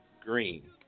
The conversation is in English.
Green